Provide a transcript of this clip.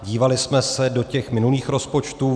Dívali jsme se do minulých rozpočtů.